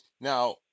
Now